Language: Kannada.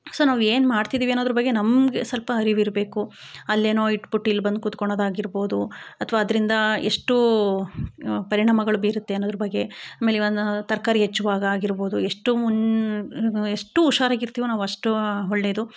ಸೊ ನಾವು ಏನು ಮಾಡ್ತಿದ್ದೀವಿ ಅನ್ನೋದರ ಬಗ್ಗೆ ನಮಗೆ ಸ್ವಲ್ಪ ಅರಿವಿರಬೇಕು ಅಲ್ಲಿ ಏನೊ ಇಟ್ಬಿಟ್ಟು ಇಲ್ಲಿ ಬಂದು ಕೂತ್ಕೊಳೋದು ಆಗಿರಬೋದು ಅಥ್ವಾ ಅದರಿಂದ ಎಷ್ಟು ಪರಿಣಾಮಗಳು ಬೀರುತ್ತೆ ಅನ್ನೋದ್ರ ಬಗ್ಗೆ ಆಮೇಲೆ ಈವನ್ ತರಕಾರಿ ಹೆಚ್ಚುವಾಗ ಆಗಿರಬೋದು ಎಷ್ಟು ಮುನ್ನ ಎಷ್ಟು ಹುಷಾರಾಗಿ ಇರ್ತೀವೋ ನಾವು ಅಷ್ಟು ಒಳ್ಳೇದು